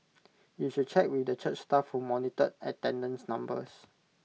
you should check with the church staff who monitored attendance numbers